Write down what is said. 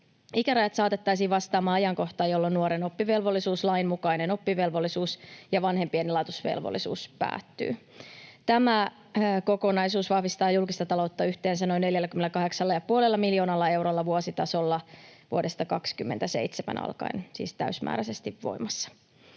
Ikärajat saatettaisiin vastaamaan ajankohtaa, jolloin nuoren oppivelvollisuuslain mukainen oppivelvollisuus ja vanhempien elatusvelvollisuus päättyvät. Tämä kokonaisuus vahvistaa julkista taloutta yhteensä noin 48,5 miljoonalla eurolla vuositasolla vuodesta 27 alkaen — silloin siis täysimääräisesti voimassa.